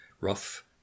rough